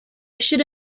should